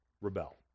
rebel